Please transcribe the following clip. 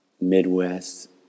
Midwest